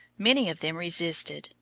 many of them resisted,